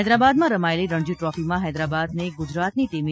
હૈદરાબાદમાં રમાયેલી રણજી ટ્રોફીમાં હૈદરાબાદને ગુજરાતની ટીમે